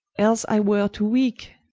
else i were too weake